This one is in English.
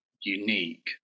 unique